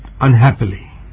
unhappily